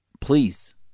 please